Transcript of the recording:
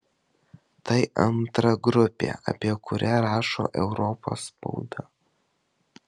tai antra grupė apie kurią rašo europos spauda